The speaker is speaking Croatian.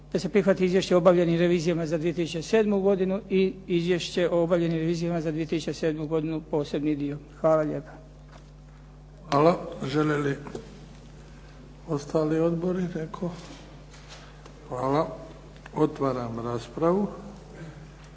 da se prihvati Izvješće o obavljenim revizijama za 2007. godinu i Izvješće o obavljenim revizijama za 2007. godinu posebni dio. Hvala lijepa. **Bebić, Luka (HDZ)** Hvala. Žele li ostali odbori netko? Hvala. Otvaram raspravu.